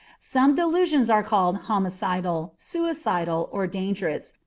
some delusions are called homicidal, suicidal, or dangerous,